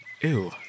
ew